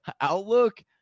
outlook